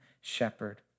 shepherd